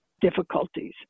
difficulties